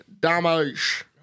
damage